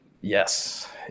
Yes